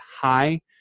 high